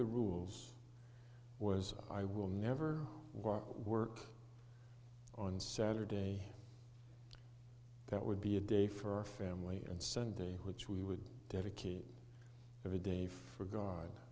the rules was i will never work on saturday that would be a day for family and sunday which we would dedicate every day for god